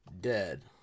dead